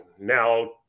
now